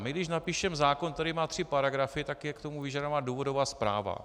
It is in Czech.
My když napíšeme zákon, který má tři paragrafy, tak je k tomu vyžadována důvodová zpráva.